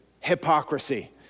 hypocrisy